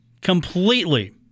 completely